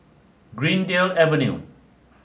Greendale Avenue